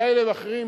כאלה ואחרים,